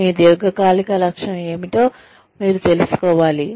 మీ దీర్ఘకాలిక లక్ష్యం ఏమిటో మీరు తెలుసుకోవాలి